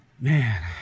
man